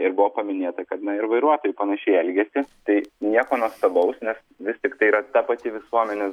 ir buvo paminėta kad na ir vairuotojai panašiai elgiasi tai nieko nuostabaus nes vis tik tai yra ta pati visuomenės